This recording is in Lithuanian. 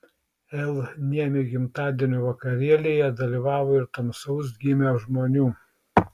l niemi gimtadienio vakarėlyje dalyvavo ir tamsaus gymio žmonių